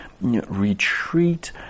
retreat